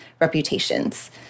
reputations